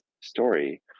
story